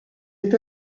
est